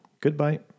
Goodbye